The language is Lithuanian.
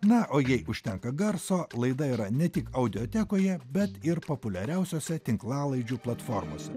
na o jei užtenka garso laida yra ne tik audiotekoje betgi ir populiariausiose tinklalaidžių platformose